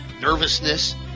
nervousness